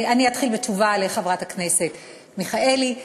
אתחיל בתשובה לחברת הכנסת מיכאלי.